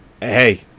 hey